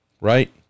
right